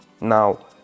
now